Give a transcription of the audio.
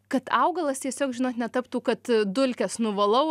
kad augalas tiesiog žinot netaptų kad dulkes nuvalau